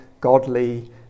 godly